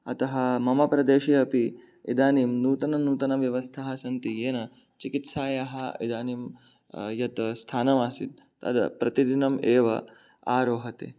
अतः मम प्रदेशे अपि इदानीं नूतननूतनव्यवस्थाः सन्ति येन चिकित्सायाः इदानीं यत् स्थानम् आसीत् तद् प्रतिदिनम् एव आरोहते